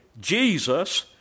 Jesus